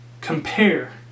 compare